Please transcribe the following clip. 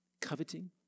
Coveting